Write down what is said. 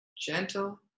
Gentle